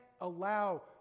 allow